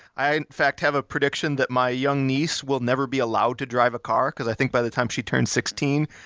i, in fact, have a prediction that my young niece will never be allowed to drive a car, because i think by the time she turns sixteen,